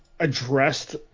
addressed